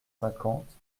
cinquante